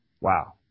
Wow